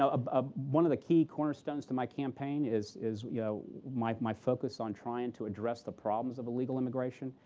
ah ah one of the key cornerstones to my campaign is is you know my my focus on trying to address the problems of illegal immigration.